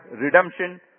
redemption